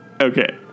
Okay